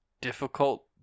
difficult